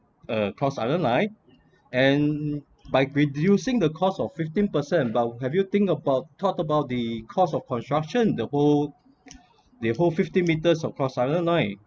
uh cross island line and by reducing the cost of fifteen percent about have you think about thought about the cost of construction the whole the whole fifty meters of cross island line